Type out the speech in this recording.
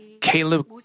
Caleb